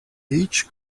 each